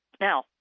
Now